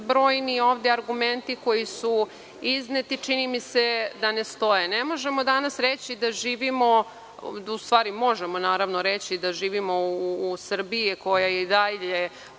brojni ovde argumenti koji su izneti, čini mi se da ne stoje. Ne možemo danas reći da živimo, u stvari, možemo reći da živimo u Srbiji koja je i dalje